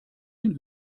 denn